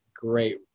great